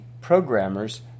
programmers